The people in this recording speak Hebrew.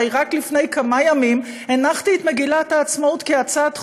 הרי רק לפני כמה ימים הנחתי את מגילת העצמאות כהצעת חוק,